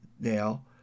now